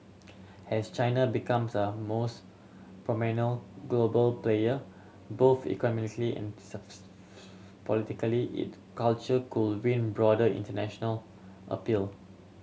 has China becomes a most global player both economically and politically it culture could win broader international appeal